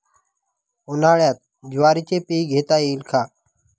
उन्हाळ्यात ज्वारीचे पीक घेता येईल का?